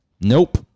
Nope